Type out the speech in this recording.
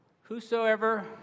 Whosoever